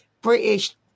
British